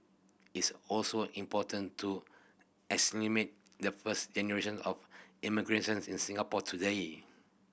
it's also important to assimilate the first generation of immigrants in Singapore today